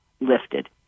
lifted